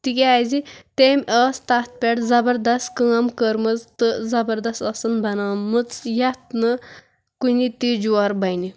تِکیازِ تٔمۍ ٲسۍ تَتھ پٮ۪ٹھ زبردست کٲم کٔرمٕژ تہٕ زبردست ٲسٕنۍ بَنٲومٕژ یَتھ نہٕ کُنہِ تہِ جورٕ بَنہِ